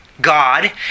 God